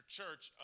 church